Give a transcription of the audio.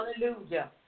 Hallelujah